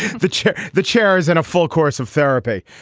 the chair the chairs and a full course of therapy.